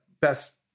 best